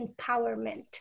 empowerment